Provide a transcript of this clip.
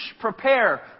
prepare